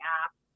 app